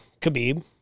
Khabib